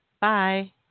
Bye